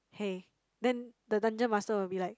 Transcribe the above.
hey then the dungeon master will be like